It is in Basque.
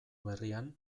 berrian